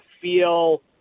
feel